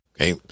Okay